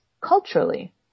Culturally